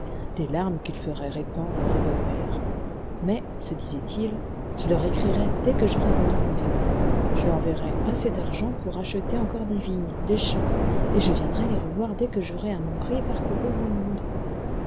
des larmes qu'il ferait répandre à sa bonne mère mais se disait-il je leur écrirai dès que j'aurai vendu mon diamant je leur enverrai assez d'argent pour acheter encore des vignes des champs et je viendrai les revoir dès que j'aurai à mon gré parcouru le monde